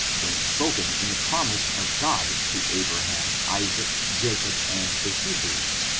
when spoken in the promise of god to abra ham, isaac, jacob and the hebrews,